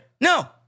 No